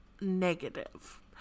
negative